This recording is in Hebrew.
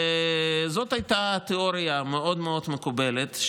זאת הייתה תיאוריה מאוד מאוד מקובלת,